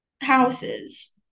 houses